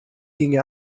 ginge